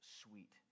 sweet